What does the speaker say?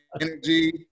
Energy